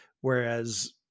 Whereas